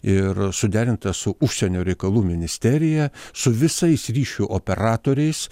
ir suderinta su užsienio reikalų ministerija su visais ryšių operatoriais